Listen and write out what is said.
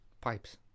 Pipes